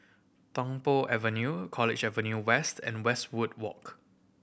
Tung Po Avenue College Avenue West and Westwood Walk